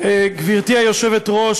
גברתי היושבת-ראש,